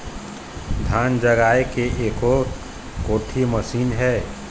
धान जगाए के एको कोठी मशीन हे?